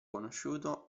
conosciuto